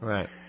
Right